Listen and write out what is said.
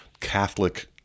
Catholic